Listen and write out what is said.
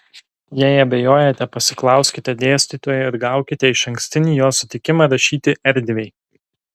jei abejojate pasiklauskite dėstytojo ir gaukite išankstinį jo sutikimą rašyti erdviai